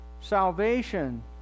salvation